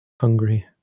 hungry